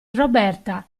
roberta